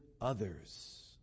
others